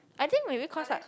I think maybe cause I